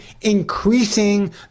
Increasing